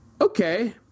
okay